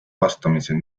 vastamisi